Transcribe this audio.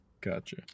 gotcha